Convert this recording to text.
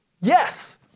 Yes